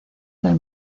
del